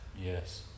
Yes